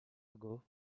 ago